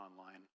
online